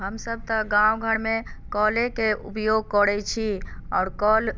हमसब तऽ गाम घर मे कले के उपयोग करै छी आओर कल